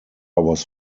was